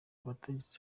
abategetsi